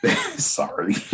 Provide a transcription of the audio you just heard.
Sorry